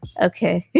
okay